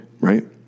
Right